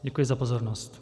Děkuji za pozornost.